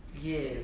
Yes